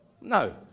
No